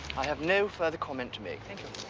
i have no further comment to make. thank you